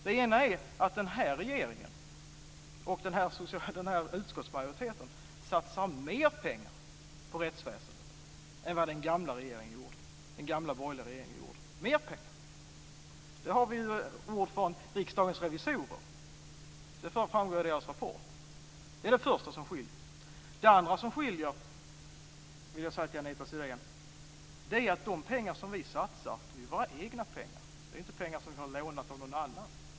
Det ena är att den här regeringen och den här utskottsmajoriteten satsar mer pengar på rättsväsendet än vad den gamla borgerliga regeringen gjorde. Det framgår ju av Riksdagens revisorers rapport. Det är det första som skiljer. Det andra som skiljer, Anita Sidén, är att de pengar som vi satsar är våra egna pengar. Det är inte pengar som vi har lånat av någon annan.